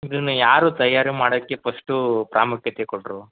ಇದನ್ನು ಯಾರು ತಯಾರು ಮಾಡೋಕ್ಕೆ ಪಸ್ಟೂ ಪ್ರಾಮುಖ್ಯತೆ ಕೊಟ್ಟರು